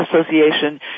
association